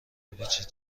بپیچید